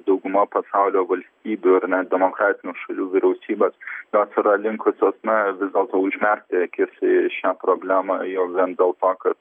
dauguma pasaulio valstybių ir nedemokratinių šalių vyriausybės jos yra linkusios na vis dėl to užmerkti akis į šią problemą jau vien dėl to kad